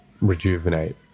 rejuvenate